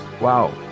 wow